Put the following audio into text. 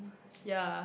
yea